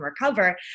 recover